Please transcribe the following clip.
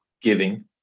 giving